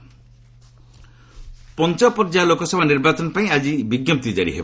fifth phase ପଞ୍ଚମ ପର୍ଯ୍ୟାୟ ଲୋକସଭା ନିର୍ବାଚନ ପାଇଁ ଆଜି ବିଜ୍ଞପ୍ତି କାରି ହେବ